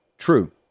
True